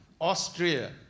Austria